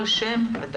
אני